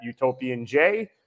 UtopianJ